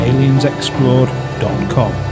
AliensExplored.com